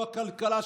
לא הכלכלה,